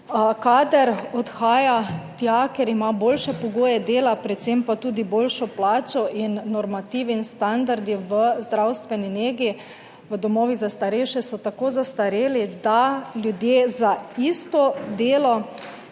Kader odhaja tja, kjer ima boljše pogoje dela, predvsem pa tudi boljšo plačo. In normativi in standardi v zdravstveni negi v domovih za starejše so tako zastareli, da ljudje za isto delo